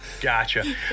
Gotcha